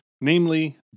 namely